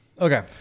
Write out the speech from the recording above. Okay